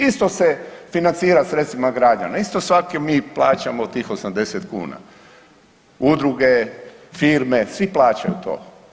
Isto se financira sredstvima građana, isto svaki mi plaćamo tih 80 kuna, udruge, firme, svi plaćaju to.